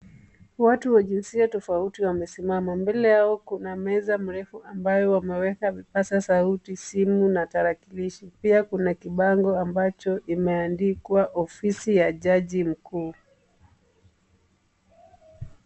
Watu wa jinsia tofauti wamesimama na mbele yao kuna meza ambayo wameka vipaza sauti, simu na tarakilishi. Pia kuna kibango ambacho kimeandikwa ofisi ya jaji mkuu.